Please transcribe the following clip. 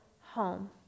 home